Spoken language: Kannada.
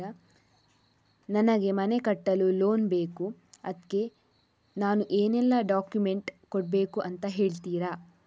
ನನಗೆ ಮನೆ ಕಟ್ಟಲು ಲೋನ್ ಬೇಕು ಅದ್ಕೆ ನಾನು ಏನೆಲ್ಲ ಡಾಕ್ಯುಮೆಂಟ್ ಕೊಡ್ಬೇಕು ಅಂತ ಹೇಳ್ತೀರಾ?